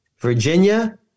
Virginia